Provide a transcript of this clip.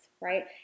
right